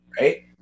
Right